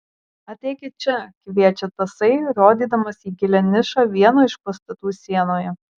ateikit čia kviečia tasai rodydamas į gilią nišą vieno iš pastatų sienoje